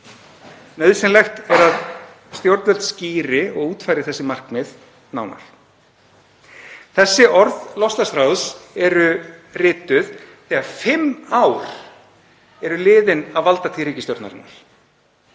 Nauðsynlegt er að stjórnvöld skýri og útfæri þessi markmið nánar.“ Þessi orð Loftslagsráðs eru rituð þegar fimm ár eru liðin af valdatíð ríkisstjórnarinnar.